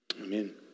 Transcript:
Amen